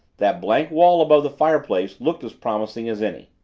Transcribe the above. that blank wall above the fireplace looked as promising as any.